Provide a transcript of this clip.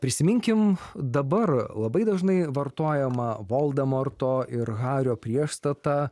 prisiminkim dabar labai dažnai vartojamą voldemorto ir hario priešstatą